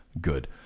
good